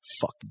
fuck